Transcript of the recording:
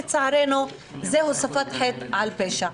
לצערנו זה הוספת חטא על פשע.